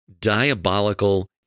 diabolical